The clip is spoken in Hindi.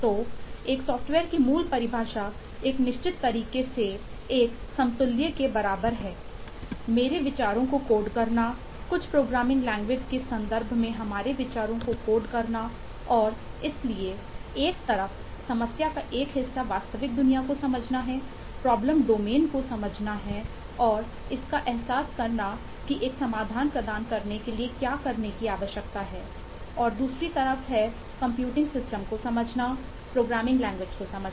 तो एक सॉफ्टवेयर की मूल परिभाषा एक निश्चित तरीके से एक समतुल्य के बराबर है मेरे विचारों को कोड करना कुछ प्रोग्रामिंग लैंग्वेज को समझना